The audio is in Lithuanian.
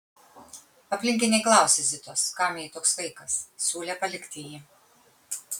aplinkiniai klausė zitos kam jai toks vaikas siūlė palikti jį